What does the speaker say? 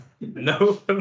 No